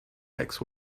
next